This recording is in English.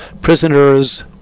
Prisoners